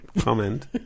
comment